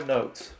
notes